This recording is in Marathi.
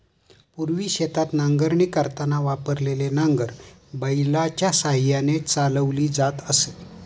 पूर्वी शेतात नांगरणी करताना वापरलेले नांगर बैलाच्या साहाय्याने चालवली जात असे